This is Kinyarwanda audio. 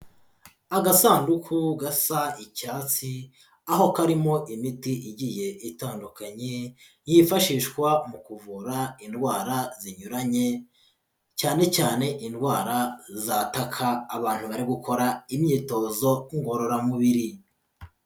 Agasanduku gasa icyatsi, aho karimo imiti igiye itandukanye, yifashishwa mu kuvura indwara zinyuranye, cyane cyane indwara zataka abantu bari gukora imyitozo ngororamubiri.